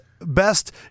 best